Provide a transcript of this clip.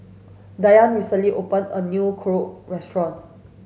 Dayne recently opened a new Korokke restaurant